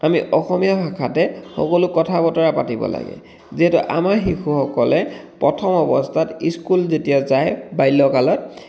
আমি অসমীয়া ভাষাতে সকলো কথা বতৰা পাতিব লাগে যিহেতু আমাৰ শিশুসকলে প্ৰথম অৱস্থাত ইস্কুল যেতিয়া যায় বাল্যকালত